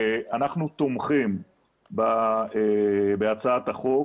אנחנו תומכים בהצעת החוק.